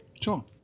Sure